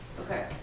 Okay